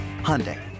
Hyundai